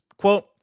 Quote